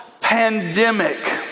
pandemic